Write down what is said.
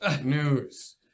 news